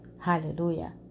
Hallelujah